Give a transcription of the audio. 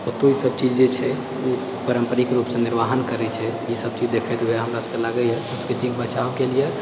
ओतहु ई सब चीज जे छै परम्प्परिक रूपसँ निर्वाहण करै छै ई सब चीज देखिके हमरा सबके लागैेए ई सब चीजके बचावके लिए